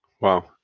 Wow